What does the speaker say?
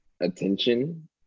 attention